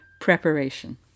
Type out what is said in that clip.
preparation